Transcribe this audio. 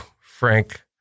Frank